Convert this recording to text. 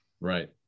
Right